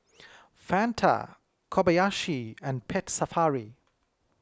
Fanta Kobayashi and Pet Safari